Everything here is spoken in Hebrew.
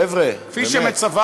חבר'ה, באמת.